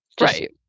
Right